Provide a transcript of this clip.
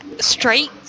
straight